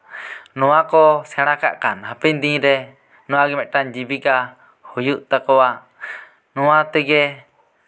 ᱱᱚᱣᱟ ᱠᱚ ᱥᱮᱬᱟ ᱠᱟᱜ ᱠᱷᱟᱱ ᱦᱟᱯᱮᱱ ᱫᱤᱱ ᱨᱮ ᱱᱚᱣᱟ ᱜᱮ ᱢᱤᱫᱴᱟᱝ ᱡᱤᱵᱤᱠᱟ ᱦᱩᱭᱩᱜ ᱛᱟᱠᱚᱣᱟ ᱱᱚᱣᱟ ᱛᱮᱜᱮ